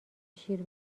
شیر